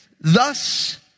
thus